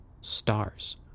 stars